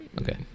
Okay